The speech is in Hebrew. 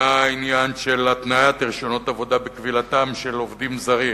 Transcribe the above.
היה עניין של התניית רשיונות עבודה בכבילתם של עובדים זרים,